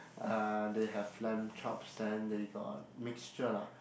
uh they have lamb chops then they got mixture lah